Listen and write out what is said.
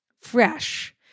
fresh